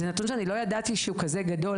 זה נתון שאני לא ידעתי שהוא כזה גדול.